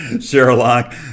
Sherlock